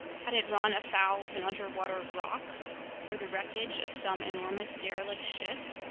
had it run afoul of an underwater rock or the wreckage of some enormous derelict ship?